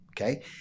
okay